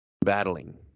battling